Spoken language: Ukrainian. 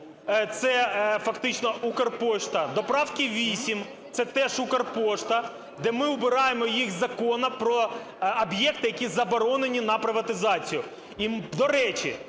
це фактично "Укрпошта", до правки 8 – це теж "Укрпошта", де ми убираємо їх із закону про об'єкти, які заборонені на приватизацію. І, до речі,